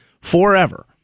forever